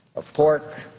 of pork,